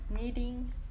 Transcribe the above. meeting